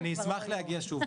אשמח להגיע שוב.